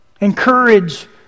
Encourage